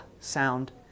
sound